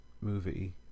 movie